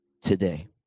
today